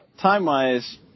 time-wise